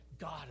God